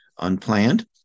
unplanned